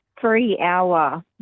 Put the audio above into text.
three-hour